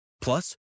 Plus